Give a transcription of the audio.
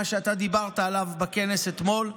זה מה שאתה דיברת עליו בכנס אתמול.